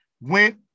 went